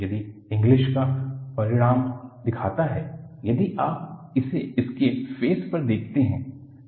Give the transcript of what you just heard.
यही इंग्लिस का परिणाम दिखाता है यदि आप इसे इसके फेस पर देखते है